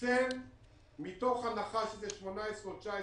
תיקצב מתוך הנחה שזה יהיה 18' או 19'